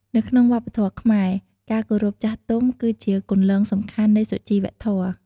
នៅក្នុងវប្បធម៌ខ្មែរ ការគោរពចាស់ទុំគឺជាគន្លងសំខាន់នៃសុជីវធម៌។